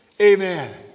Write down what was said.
Amen